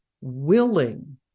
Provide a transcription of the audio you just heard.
willing